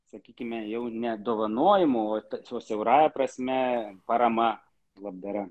sakykime jau ne dovanojimo tikslo siaurąja prasme parama labdara